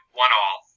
one-all